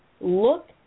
look